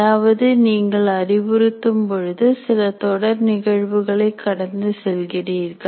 அதாவது நீங்கள் அறிவுறுத்தும் பொழுது சில தொடர் நிகழ்வுகளை கடந்து செல்கிறீர்கள்